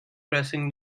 pressing